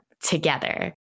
together